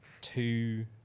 two